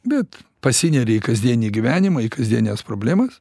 bet pasineri į kasdienį gyvenimą į kasdienes problemas